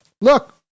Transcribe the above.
Look